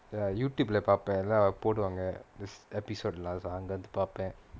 the YouTube leh பாப்பேன் அதுல போடுவாங்க:paapaen athula poduvaanga this episode lah so அங்க இருந்து பாப்பேன்:anga irunthu paapaen